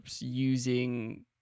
using